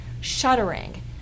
shuddering